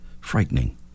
frightening